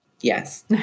yes